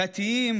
דתיים,